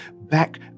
back